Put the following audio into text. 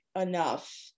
enough